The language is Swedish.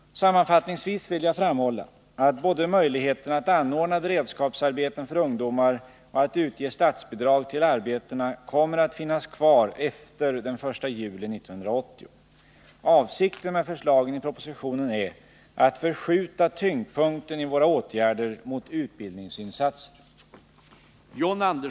Sammanfattningsvis vill jag framhålla att både möjligheterna att anordna beredskapsarbeten för ungdomar och att utge statsbidrag till arbetena kommer att finnas kvar efter den 1 juli 1980. Avsikten med förslagen i propositionen är att förskjuta tyngdpunkten i våra åtgärder mot utbildningsinsatser.